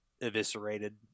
eviscerated